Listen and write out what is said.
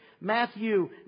Matthew